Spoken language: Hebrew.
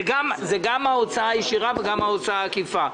זה גם ההוצאה הישירה וגם ההוצאה העקיפה.